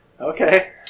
Okay